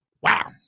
Wow